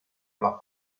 alla